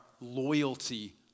loyalty